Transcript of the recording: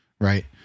right